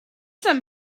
some